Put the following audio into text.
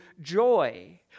joy